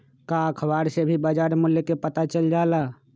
का अखबार से भी बजार मूल्य के पता चल जाला?